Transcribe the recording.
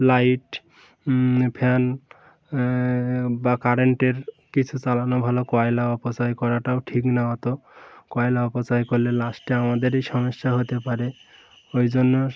light fan বা কারেন্টের কিছু চালানো ভালো কয়লা অপচয় করাটাও ঠিক না অতো কয়লা অপচয় করলে লাস্টে আমাদেরই সমস্যা হতে পারে ওই জন্য